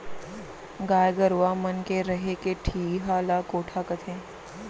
गाय गरूवा मन के रहें के ठिहा ल कोठा कथें